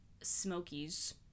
Smokies